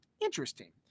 interesting